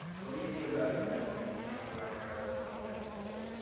what do you think about investing in junk wax era stub that's also